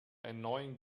annoying